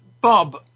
Bob